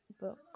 book